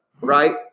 right